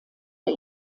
der